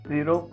Zero